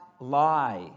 lie